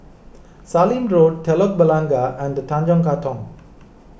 Sallim Road Telok Blangah and Tanjong Katong